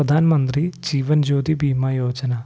പ്രധാനമന്ത്രി ജീവൻജ്യോതി ഭീമാ യോജന